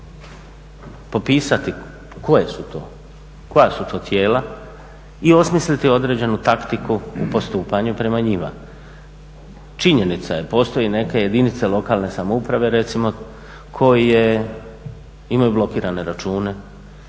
to, koja su to tijela i osmisliti određenu taktiku u postupanju prema njima. Činjenica je, postoji neke jedinice lokalne samouprave, recimo koje imaju blokirane račune,